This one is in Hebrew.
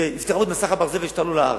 שיפתחו את מסך הברזל ויעלו לארץ,